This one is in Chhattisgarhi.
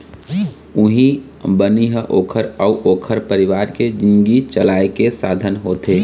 उहीं बनी ह ओखर अउ ओखर परिवार के जिनगी चलाए के साधन होथे